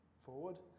forward